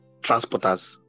transporters